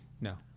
No